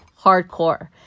hardcore